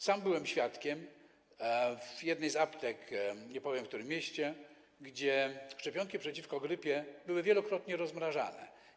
Sam byłem świadkiem w jednej z aptek - nie powiem, w którym mieście - jak szczepionki przeciwko grypie były wielokrotnie rozmrażane.